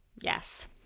yes